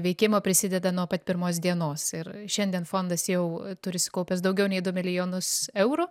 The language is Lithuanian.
veikimo prisideda nuo pat pirmos dienos ir šiandien fondas jau turi sukaupęs daugiau nei du milijonus eurų